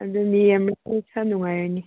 ꯑꯗꯨꯅꯤ ꯌꯥꯝꯅ ꯅꯨꯡꯉꯥꯏꯔꯅꯤ